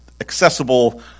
accessible